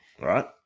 Right